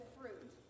fruit